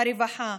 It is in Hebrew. הרווחה,